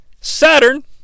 Saturn